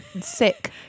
sick